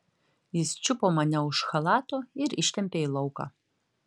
jis čiupo mane už chalato ir ištempė į lauką